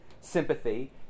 sympathy